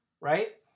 right